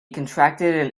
contracted